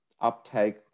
uptake